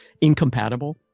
incompatible